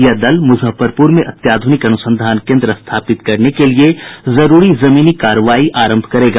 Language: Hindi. यह दल मुजफ्फरपुर में अत्याधुनिक अनुसंधान केन्द्र स्थापित करने के लिए जरूरी जमीनी कार्रवाई आरंभ करेगा